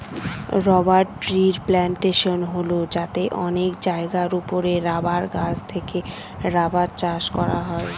rubber ট্রির plantation হল যাতে অনেক জায়গার ওপরে রাবার গাছ থেকে রাবার চাষ করা হয়